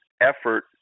effort